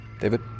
David